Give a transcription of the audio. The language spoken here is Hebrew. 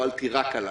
או אל תירק עליי.